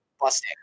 busting